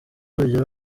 urugero